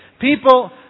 People